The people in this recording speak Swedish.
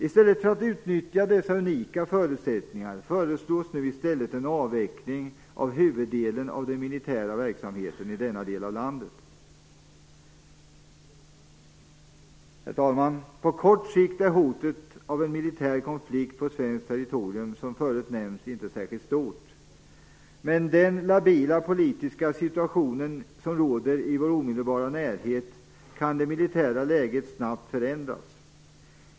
I stället för att utnyttja dessa unika förutsättningar föreslås nu en avveckling av huvuddelen av den militära verksamheten i denna del av landet. Herr talman! På kort sikt är hotet av en militär konflikt på svenskt territorium, som förut nämnts, inte särskilt stort. Med den labila politiska situation som råder i vår omedelbara närhet kan det militära läget snabbt förändras.